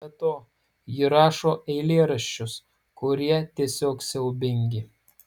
be to ji rašo eilėraščius kurie tiesiog siaubingi